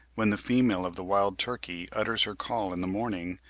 when the female of the wild turkey utters her call in the morning,